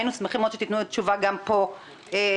היינו שמחים מאוד שתתנו תשובה גם פה לוועדה.